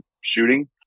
shooting